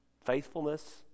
faithfulness